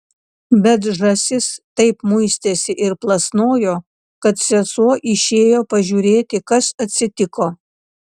bet žąsis taip muistėsi ir plasnojo kad sesuo išėjo pažiūrėti kas atsitiko